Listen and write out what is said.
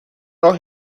راه